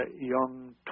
young